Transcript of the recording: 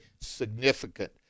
significant